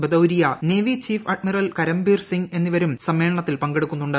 Bhadauria navy chief admiral Karambir Singh എന്നിവരും സമ്മേളനത്തിൽ പങ്കെടുക്കുന്നുണ്ട്